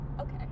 Okay